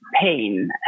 pain